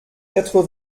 quatre